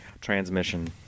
transmission